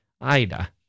Ida